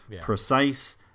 precise